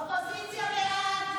אופוזיציה, בעד.